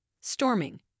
Storming